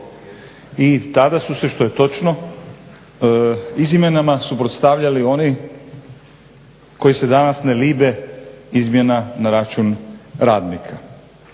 i tada su se što je točno izmjenama suprotstavljali oni koji se danas ne libe izmjena na račun radnika.